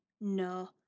no